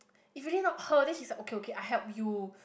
if really not her then he's like okay okay I help you